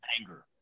Anger